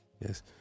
Yes